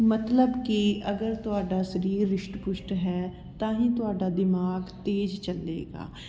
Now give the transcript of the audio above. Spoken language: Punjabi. ਮਤਲਬ ਕਿ ਅਗਰ ਤੁਹਾਡਾ ਸਰੀਰ ਰਿਸ਼ਟ ਪੁਸ਼ਟ ਹੈ ਤਾਂ ਹੀ ਤੁਹਾਡਾ ਦਿਮਾਗ ਤੇਜ਼ ਚੱਲੇਗਾ